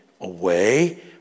away